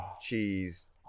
cheese